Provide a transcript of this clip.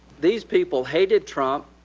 these people hated trump,